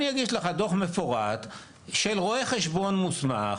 אני אגיש לך דוח מפורט של רואה חשבון מוסמך,